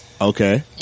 Okay